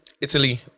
Italy